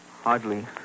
hardly